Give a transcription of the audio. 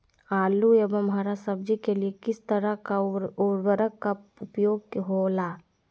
आलू एवं हरा सब्जी के लिए किस तरह का उर्वरक का उपयोग होला?